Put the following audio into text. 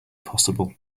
possible